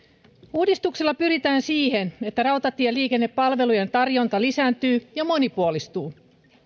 uudistuksella pyritään siihen että rautatieliikennepalvelujen tarjonta lisääntyy ja monipuolistuu